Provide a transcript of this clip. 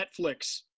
Netflix